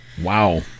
Wow